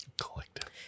Collective